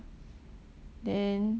then